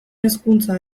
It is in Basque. hezkuntza